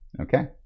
Okay